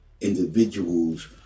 individuals